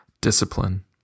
discipline